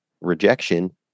rejection